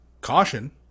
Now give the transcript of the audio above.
caution